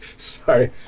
Sorry